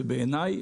ובעיניי,